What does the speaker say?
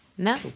No